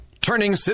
turning